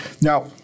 Now